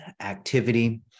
activity